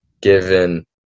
given